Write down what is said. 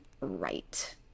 right